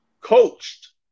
coached